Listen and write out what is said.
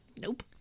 Nope